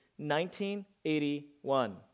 1981